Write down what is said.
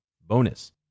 bonus